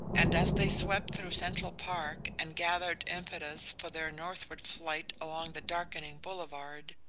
and as they swept through central park, and gathered impetus for their northward flight along the darkening boulevard,